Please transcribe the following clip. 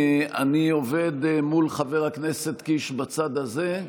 אני עובד מול חבר הכנסת קיש בצד הזה.